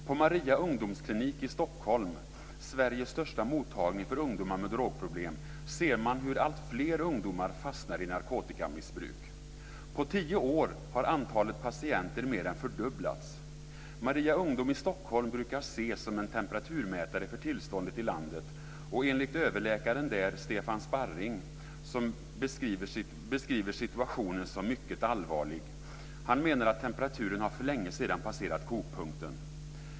På Maria Ungdomsklinik i Stockholm, Sveriges största mottagning för ungdomar med drogproblem, ser man hur alltfler ungdomar fastnar i narkotikamissbruk. På tio år har antalet patienter mer än fördubblats. Maria ungdom i Stockholm brukar ses som en temperaturmätare för tillståndet i landet. Överläkaren där, Stefan Sparring, beskriver situationen som mycket allvarlig. Han menar att temperaturen för länge sedan har passerat kokpunkten.